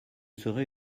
serait